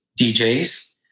DJs